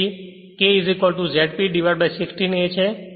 તેથી k ZP 60 A છે